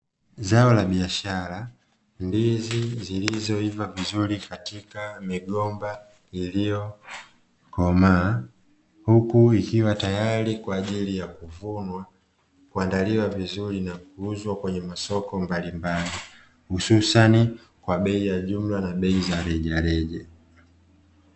Zao la biashara ndizi zilizoiva vizuri katika migomba iliyokomaa huku ikiwa tayari kwa ajili ya kuvunwa, kuandaliwa vizuri na kuuzwa kwenye masoko mbalimbali hususa ni kwa bei ya jumla na bei za rejareja.